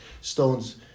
Stones